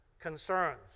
concerns